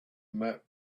met